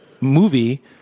movie